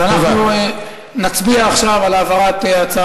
אז אנחנו נצביע עכשיו על העברת ההצעה